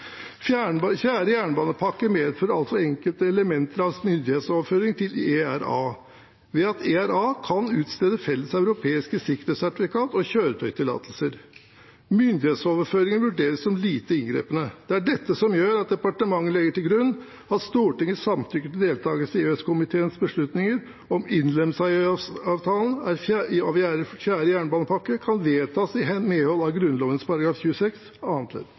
jernbanepakke medfører altså enkelte elementer av myndighetsoverføring til ERA ved at ERA kan utstede felles europeiske sikkerhetssertifikater og kjøretøytillatelser. Myndighetsoverføringen vurderes som «lite inngripende». Det er dette som gjør at departementet legger til grunn at Stortingets samtykke til deltakelse i EØS-komiteens beslutninger om innlemmelse i EØS-avtalen av fjerde jernbanepakke kan vedtas i medhold av Grunnloven § 26 annet ledd.